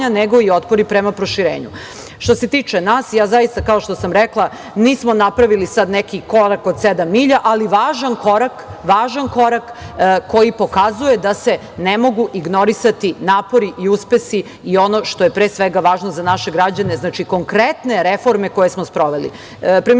nego i otpori prema proširenju. Što se tiče nas, kao što sam rekla, nismo napravili sada neki korak od sedam milja, ali važan korak koji pokazuje da se ne mogu ignorisati napori i uspesi i ono što je pre svega važno za naše građane, znači konkretne reforme koje smo